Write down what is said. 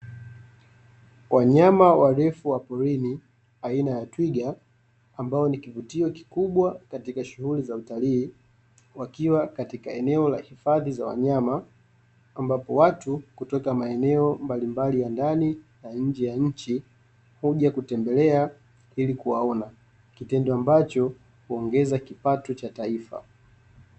Wanyama warefu wa porini aina ya twiga ambao ni kivutio kikubwa katika shughuli za utalii wakiwa katika eneo la hifadhi za wanyama ambapo watu kutoka maeneo mbalimbali ya ndani na nje ya nchi kuja kutembelea ili kuwaona, kitendo ambacho kuongeza kipato cha taifa.